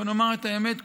בואו נאמר את האמת כולנו,